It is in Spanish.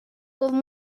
con